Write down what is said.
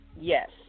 yes